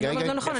לא אמרתי לא נכון.